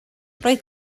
roedd